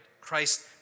Christ